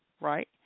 right